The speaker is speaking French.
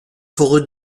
forêts